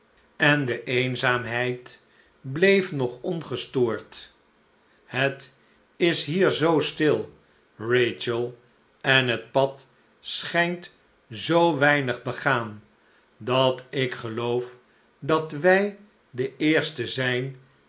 en de eenzaamheid bleef nog ongestoord het is hier zoo stil rachel en het pad schijnt zoo weinig begaan dat ik geloof dat wij de eersten zijn